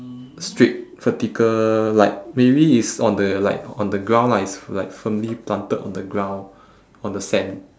straight vertical like maybe it's on the like on the ground lah it's like firmly planted on the ground on the sand